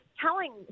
telling